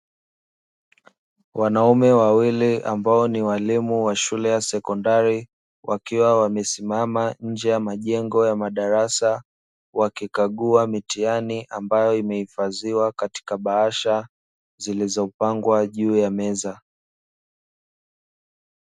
Wanaume wawili ambao ni walimu wa shule ya sekondari, wakiwa wamesimama nje ya majengo ya madarasa, wa kikagua mitihani ambayo imehifadhiwa katika bahasha zilizopangwa juu ya meza.